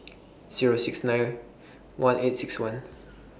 Zero six nine one eight six one